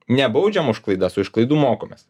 ne baudžiam už klaidas o iš klaidų mokomės